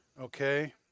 Okay